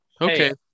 Okay